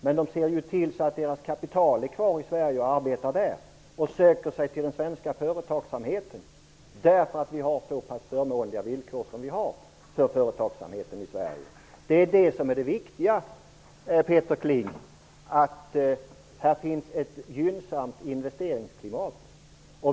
Men de ser ju till att deras kapital finns kvar i Sverige och arbetar här när de söker sig till den svenska företagsamheten. Det beror på att vi har så pass förmånliga villkor som vi har för företagsamheten i Sverige. Det viktiga, Peter Kling, är att här finns ett gynnsamt investeringsklimat.